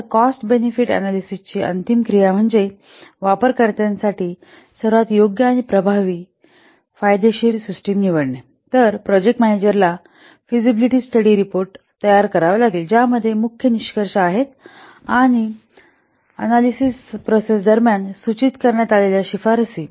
तर cost benefit अन्यालीसीसची अंतिम क्रिया म्हणजे वापरकर्त्यासाठी सर्वात योग्य सर्वात प्रभावी आणि फायदेशीर प्रणाली निवडणे नंतर प्रोजेक्ट मॅनेजरला फेंसिबिलीटी स्टडी रिपोर्ट तयार करावा लागेल ज्यामध्ये मुख्य निष्कर्ष आहेत आणि विश्लेषण प्रक्रिये दरम्यान सूचित करण्यात आलेल्या शिफारसी